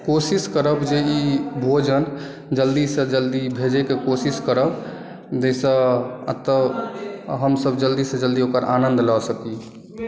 कोशिश करब जे ई भोजन जल्दी सँ जल्दी भेजैकेँ कोशिश करब जाहिसँ अतय हमसभ जल्दी सँ जल्दी ओकर आनन्द लऽ सकी